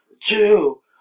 two